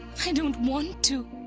i don't want to,